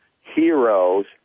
heroes